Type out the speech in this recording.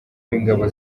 w’ingabo